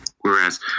Whereas